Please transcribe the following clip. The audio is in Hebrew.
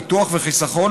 ביטוח וחיסכון,